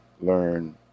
learn